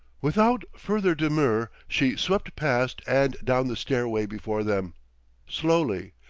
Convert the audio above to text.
without further demur she swept past and down the stairway before them slowly,